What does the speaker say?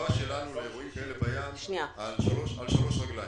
התגובה שלנו לאירועים כאלה בים על שלוש רגליים.